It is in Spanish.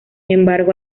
embargo